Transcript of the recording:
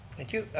thank you,